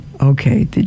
Okay